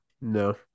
No